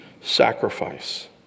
sacrifice